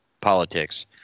politics